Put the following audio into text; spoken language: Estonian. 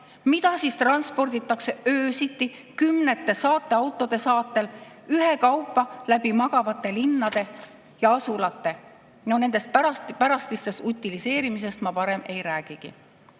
mida siis transporditakse öösiti kümnete autode saatel ühekaupa läbi magavate linnade ja asulate? Nende pärastisest utiliseerimisest ma parem ei räägigi.